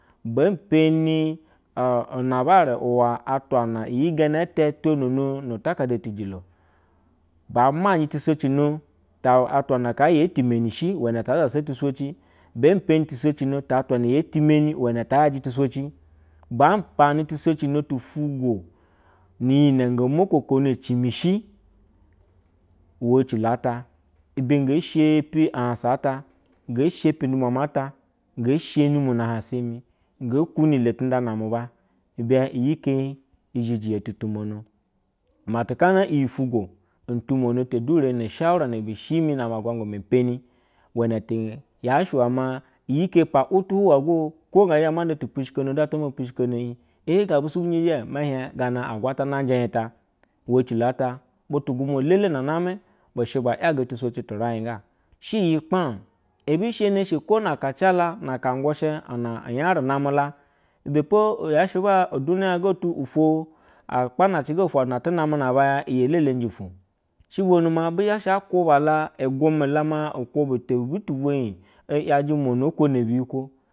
Be peni uwa unabare wa ataula ne iti genete tinini nir tehate ti hijilo, ba maje tusicino ta atwa haa ye tameshi uwene va zasa tu sohi bene tu sohino ta twanaye’ tememi uwane ya yaje etusoki, ba banatu solino tu fulo ni yine go molokono cini shi uwe ecilo ata ibe ge shepi a hansa ata ge shepi ndumua nata nge shini muna hansa ni nge lumi tunda namuba, ine iyi ike izhiya tumo no mati nana ityi itumobo he shure mu shaura bishi mi na agwagwama mpeni, uwene yahse we ma iyine pawtu luwaye go to nga zha manda tu bushi kono du atwamua opushi ko ie gobu banje me hia gana agwantana njɛ ibta, uwe ecilo ata butu gumua delena nami bushe ba iya ga tusohi tu rai ga shɛ yipu ebishirie eshe ko na aka cala na aka ngushɛ na kama hwaye uduniya ga tu tulo akapanace ga two ena tu name na aba iyi lele njɛ ubulo sha bonoma bishe a kuba la igume la ma butubweyi yaje umono oko no bu biyi kweo